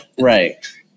Right